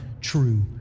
true